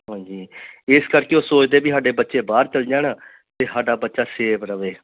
ਹਾਂਜੀ ਇਸ ਕਰਕੇ ਉਹ ਸੋਚਦੇ ਵੀ ਸਾਡੇ ਬੱਚੇ ਬਾਹਰ ਚਲ ਜਾਣ ਅਤੇ ਸਾਡਾ ਬੱਚਾ ਸੇਫ ਰਹੇ